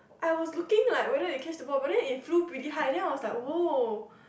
I was looking like whether he catch the ball but then it flew pretty high then I was like !woah!